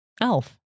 Elf